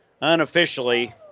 unofficially